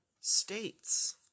states